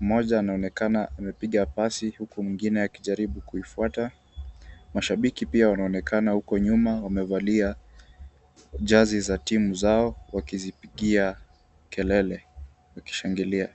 mmoja anaonekana amepiga pasi, huku mwingine akijaribu kuifuata, mashabiki pia wnaonekana huko nyuma wamevalia jezi za timu zao wakizipigia kelele, wakishangilia.